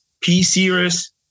P-series